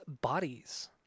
Bodies